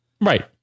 Right